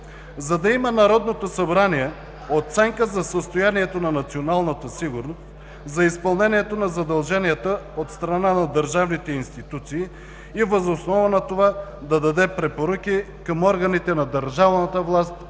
За да има Народното събрание оценка за състоянието на националната сигурност за изпълнението на задълженията от страна на държавните институции и въз основа на това да даде препоръки към органите на държавната власт,